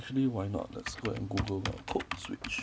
actually why not let's go and Google about code switch